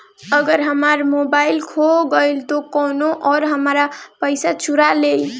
अगर हमार मोबइल खो गईल तो कौनो और हमार पइसा चुरा लेइ?